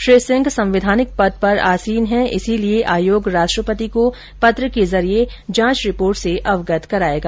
श्री सिंह संवैधानिक पद पर आसीन हैं इसलिए आयोग राष्ट्रपति को पत्र के जरिये जांच रिपोर्ट से अवगत करायेगा